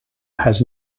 has